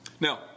Now